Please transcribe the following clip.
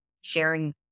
sharing